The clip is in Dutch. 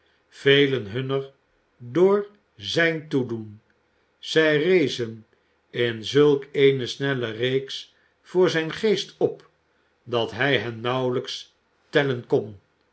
velen hunner door zijn toedoen zij rezen in zulk eene snelle reeks voor zijn geest op dat hij hen nauwelijks tellen kon